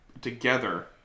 together